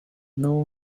know